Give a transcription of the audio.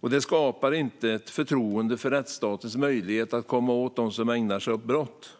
Det skapar inte ett förtroende för rättsstatens möjlighet att komma åt dem som ägnar sig åt brott.